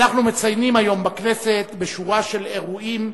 אנחנו מציינים היום בכנסת, בשורה של אירועים,